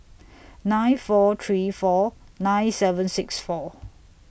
nine four three four nine seven six four